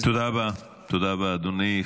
תודה רבה, אדוני.